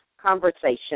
conversation